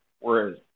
Whereas